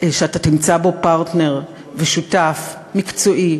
שאתה תמצא בו פרטנר ושותף מקצועי,